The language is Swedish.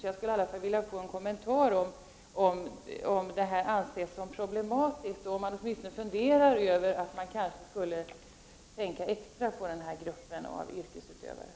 Jag skulle under alla förhållanden vilja få en kommentar från finansministern om huruvida han anser dessa personers skatteförhållanden vara problematiska och ett besked om huruvida man inte bör tänka litet extra på denna grupp av yrkesutövare.